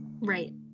Right